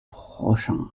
prochain